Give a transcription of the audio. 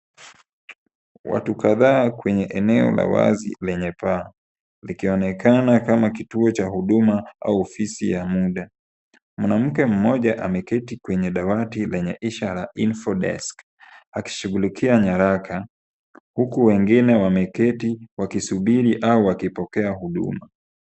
Watu kadhaa kwenye eneo la wazi lenye paa likionekana kama kituo cha huduma au ofisi ya muda. Mwanamke mmoja ameketi kwenye dawati lenye ishara Info desk akishughulikia nyaraka huku wengine wameketi wakisubiri au kupokea huduma.